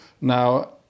Now